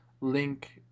link